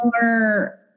more